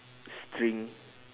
string